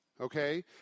okay